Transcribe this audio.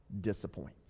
disappoints